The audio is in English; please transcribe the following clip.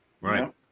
Right